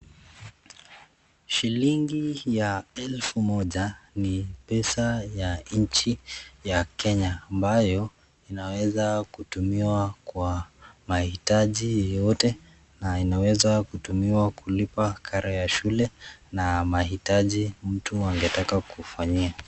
Shilingi, ya elfu moja, ni pesa ya inchi ya Kenya, ambayo inaweza kutumiwa kwa mahitaji yote, na inaweza kutumiwa kulipa karo ya shule, na mahitaji mtu angetaka kufanyia.